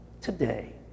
today